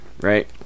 right